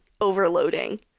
overloading